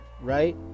right